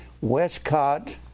Westcott